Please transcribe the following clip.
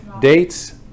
Dates